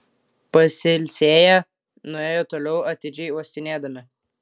pasilsėję nuėjo toliau atidžiai uostinėdami